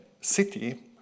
city